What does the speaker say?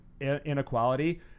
inequality